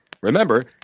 Remember